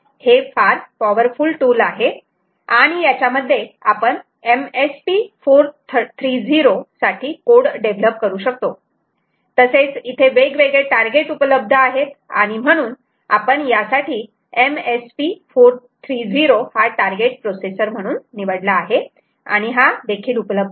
हे फार powerful tool आहे आणि याच्या मध्ये आपण MSP 430 साठी कोड डेव्हलप करू शकतो तसेच इथे वेगवेगळे टारगेट उपलब्ध आहेत आणि म्हणून आपण यासाठी MSP 430 हा टारगेट प्रोसेसर म्हणून निवडला आहे आणि हा उपलब्ध आहे